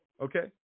Okay